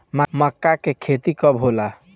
माका के खेती कब होला?